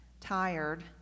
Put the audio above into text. tired